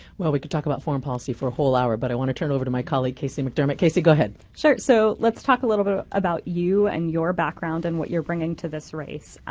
well, we could talk about foreign policy for a whole hour. but i want to turn it over to my colleague, casey mcdermott. casey, go ahead. sure, so let's talk a little bit about you and your background and what you're bringing to this race.